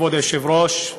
כבוד היושב-ראש,